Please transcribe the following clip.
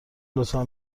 لطفا